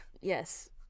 Yes